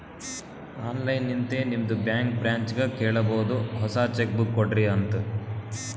online ಲಿಂತೆ ನಿಮ್ದು bank ಬ್ರ್ಯಾಂಚ್ಗ ಕೇಳಬೋದು ಹೊಸಾ ಚೆಕ್ ಬುಕ್ ಕೊಡ್ರಿ ಅಂತ್